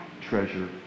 treasure